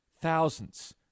Thousands